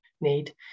need